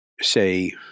say